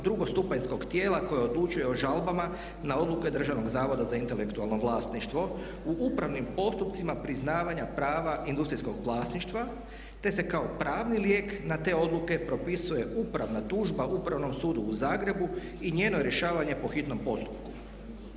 drugostupanjskog tijela koje odlučuje o žalbama na odluke Državnog zavoda za intelektualno vlasništvo u upravnim postupcima priznavanja prava industrijskog vlasništva te se kao pravni lijek na te odluke propisuje upravna tužba Upravnom sudu u Zagrebu i njeno rješavanje po hitnom postupku.